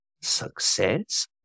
success